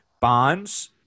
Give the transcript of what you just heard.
Bonds